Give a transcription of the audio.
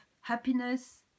happiness